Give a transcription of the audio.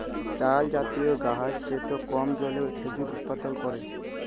তালজাতীয় গাহাচ যেট কম জলে খেজুর উৎপাদল ক্যরে